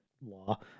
law